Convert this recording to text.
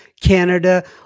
Canada